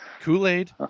Kool-Aid